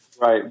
Right